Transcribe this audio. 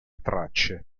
tracce